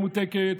ממותקת,